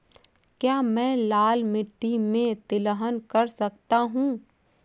क्या मैं लाल मिट्टी में तिलहन कर सकता हूँ?